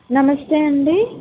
నమస్తే అండి